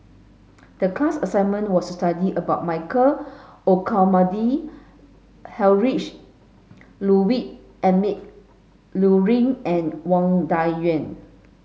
the class assignment was to study about Michael Olcomendy Heinrich Ludwig Emil Luering and Wang Dayuan